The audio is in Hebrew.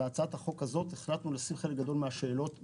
בהצעת החוק הזו החלטנו לשים חלק גדול מהשאלות בצד.